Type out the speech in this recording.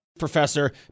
professor